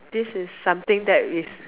this is something that is